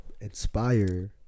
inspire